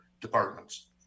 departments